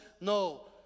No